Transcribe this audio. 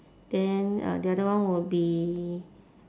then uh the other one would be